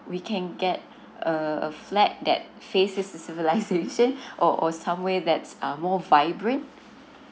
we can get a flat that faces civilisation or or somewhere that's uh more vibrant